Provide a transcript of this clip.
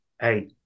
hey